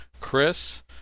chris